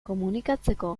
komunikatzeko